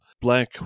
black